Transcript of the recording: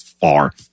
far